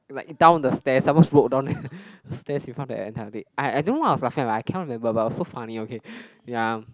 like down the stairs some more slope down the stairs in front of the entire thing I I don't know what I was laughing I cannot remember but it was so funny okay ya